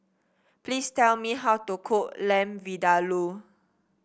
please tell me how to cook Lamb Vindaloo